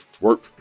Work